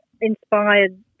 inspired